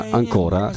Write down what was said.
ancora